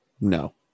No